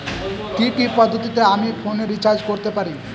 কি কি পদ্ধতিতে আমি ফোনে রিচার্জ করতে পারি?